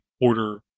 order